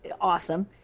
awesome